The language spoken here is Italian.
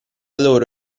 loro